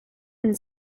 and